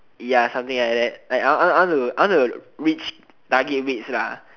ya something like that like I I I I I want to reach target weights